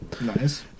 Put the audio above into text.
Nice